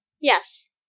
Yes